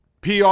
PR